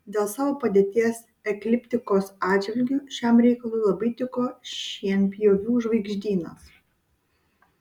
dėl savo padėties ekliptikos atžvilgiu šiam reikalui labai tiko šienpjovių žvaigždynas